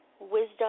wisdom